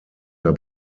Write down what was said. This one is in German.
mehr